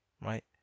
right